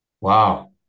Wow